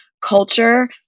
culture